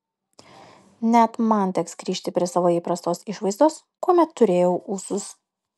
net man teks grįžti prie savo įprastos išvaizdos kuomet turėjau ūsus